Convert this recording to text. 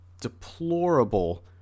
deplorable